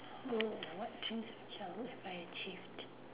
no what dreams in childhood have I achieved